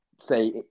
say